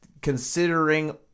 considering